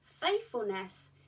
faithfulness